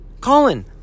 Colin